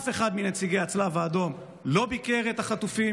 אף אחד מנציגי הצלב האדום לא ביקר את החטופים,